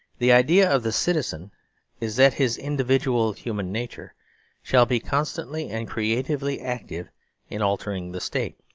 the idea of the citizen is that his individual human nature shall be constantly and creatively active in altering the state.